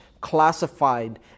classified